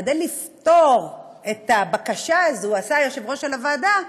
כדי לפטור את הבקשה הזאת עשה היושב-ראש של הוועדה,